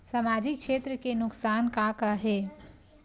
सामाजिक क्षेत्र के नुकसान का का हे?